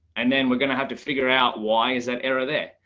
and then we're going to have to figure out why is that error there,